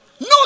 no